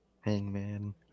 Hangman